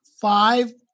five